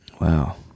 Wow